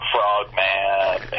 Frogman